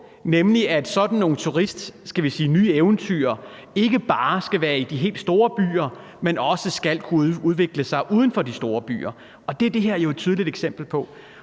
nemlig at sådan nogle nye turismeeventyr ikke bare skal være i de helt store byer, men også skal kunne udvikle sig uden for de store byer. Det er det her jo et tydeligt eksempel på.